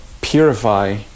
purify